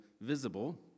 visible